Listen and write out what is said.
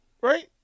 Right